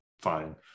Fine